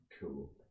Cool